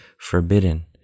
forbidden